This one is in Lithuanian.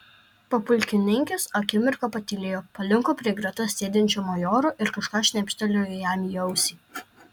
papulkininkis akimirką patylėjo palinko prie greta sėdinčio majoro ir kažką šnibžtelėjo jam į ausį